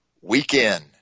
weekend